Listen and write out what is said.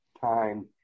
time